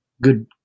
good